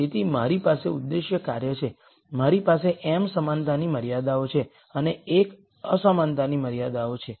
તેથી મારી પાસે ઉદ્દેશ્ય કાર્ય છે મારી પાસે m સમાનતાની મર્યાદાઓ છે અને l અસમાનતાની મર્યાદાઓ છે